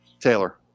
Taylor